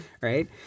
right